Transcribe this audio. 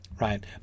Right